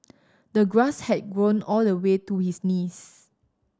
the grass had grown all the way to his knees